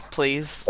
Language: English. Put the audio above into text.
Please